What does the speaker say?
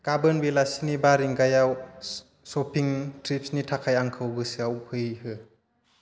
गाबोन बेलासिनि बा रिंगायाव शपिं ट्रिपसनि थाखाय आंखौ गोसोआव फैहो